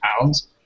pounds